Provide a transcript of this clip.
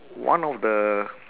one of the